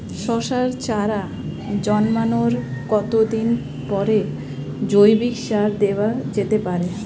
শশার চারা জন্মানোর কতদিন পরে জৈবিক সার দেওয়া যেতে পারে?